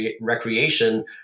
recreation